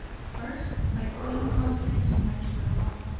first, by going contrary to natural law,